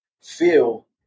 feel